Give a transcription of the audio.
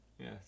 Yes